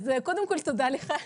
אז תודה לאליעזר.